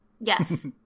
Yes